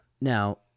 Now